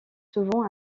souvent